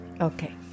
Okay